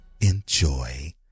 enjoy